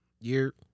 Year